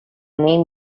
name